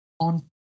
on